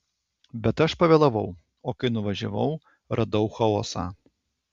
bet aš pavėlavau o kai nuvažiavau radau chaosą